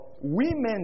women